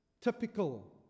typical